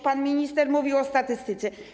Pan minister mówił o statystyce.